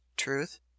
truth